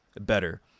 better